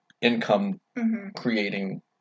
income-creating